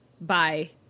Bye